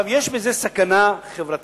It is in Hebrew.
יש בזה סכנה חברתית,